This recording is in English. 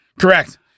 Correct